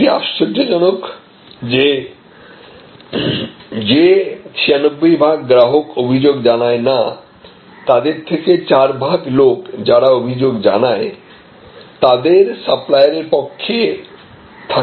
এটা আশ্চর্যজনক যে যে 96 ভাগ গ্রাহক অভিযোগ জানায় না তাদের থেকে 4 ভাগ লোক যারা অভিযোগ জানায় তাদের সাপ্লায়ারের পক্ষে থাকার চান্স বেশি